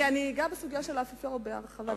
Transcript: אני תיכף אגע בסוגיה של האפיפיור בהרחבה.